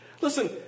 Listen